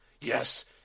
Yes